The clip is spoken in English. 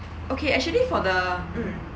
okay actually for the mm